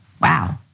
wow